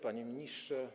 Panie Ministrze!